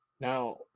Now